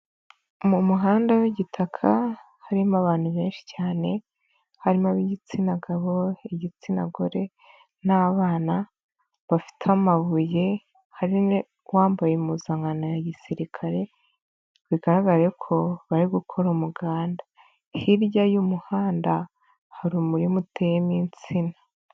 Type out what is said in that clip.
Mu muhanda w'igitaka harimo abantu benshi cyane harimo ab'igitsina gabo, igitsina gore n'abana bafite amabuye harimo uwambaye impuzankano ya gisirikare, bigaragare ko bari gukora umuganda . Hirya y'umuhanda hari umurima uteyemo insina.